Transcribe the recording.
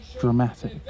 dramatic